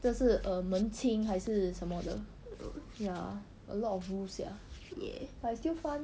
这是 err 门清还是什么的 ya a lot of rule sia but is still fun